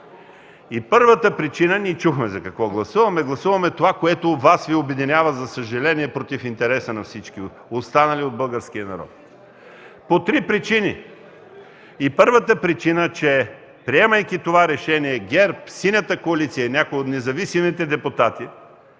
Първата причина – ние чухме за какво гласуваме. Гласуваме това, което Вас Ви обединява, за съжаление, против интереса на всички останали от българския народ. По три причини и първата причина е, че приемайки това решение ГЕРБ, Синята коалиция и някои от независимите депутати